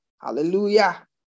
Hallelujah